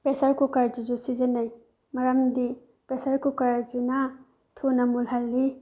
pressure ꯀꯨꯀꯔꯁꯤꯁꯨ ꯁꯤꯖꯤꯟꯅꯩ ꯃꯔꯝꯗꯤ ꯄ꯭ꯔꯦꯁꯔ ꯀꯨꯀꯔꯁꯤꯅ ꯊꯨꯅ ꯃꯨꯜꯍꯜꯂꯤ